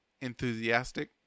enthusiastic